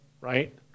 right